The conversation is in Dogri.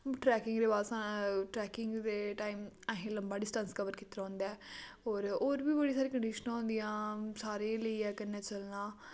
ट्रैकिंग दे बा स ट्रैकिंग दे टाइम असें लम्बा डिस्टैंस कवर कीते दा होंदा ऐ और होर वी बड़ी सारी कंडिशनां होंदियां सारें गी लेइयै कन्नै चलना